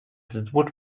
wzdłuż